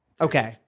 Okay